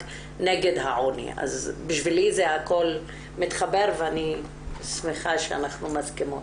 נגד העוני אז בשבילי הכל מתחבר ואני שמחה שאנחנו מסכימות.